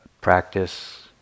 practice